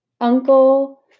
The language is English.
Uncle